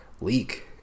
leak